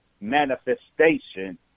manifestation